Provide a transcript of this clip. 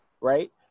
right